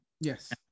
Yes